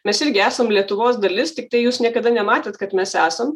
mes irgi esam lietuvos dalis tiktai jūs niekada nematėt kad mes esam